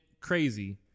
crazy